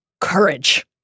courage